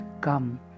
come